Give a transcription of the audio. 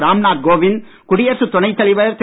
ராம்நாத் கோவிந்த் குடியரசுத் துணைத் தலைவர் திரு